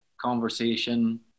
conversation